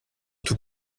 tout